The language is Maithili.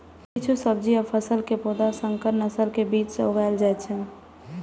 किछु सब्जी आ फसल के पौधा संकर नस्ल के बीज सं उगाएल जाइ छै